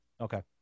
Okay